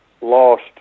lost